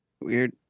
Weird